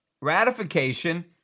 ratification